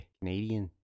Canadian